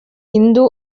hindu